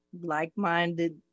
like-minded